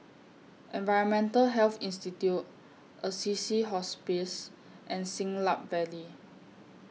Environmental Health Institute Assisi Hospice and Siglap Valley